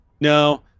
No